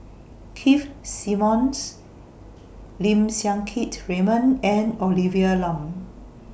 Keith Simmons Lim Siang Keat Raymond and Olivia Lum